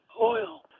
oil